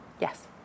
Yes